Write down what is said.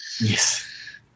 Yes